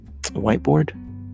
whiteboard